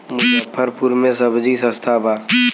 मुजफ्फरपुर में सबजी सस्ता बा